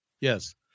Yes